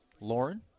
Lauren